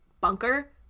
bunker